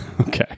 Okay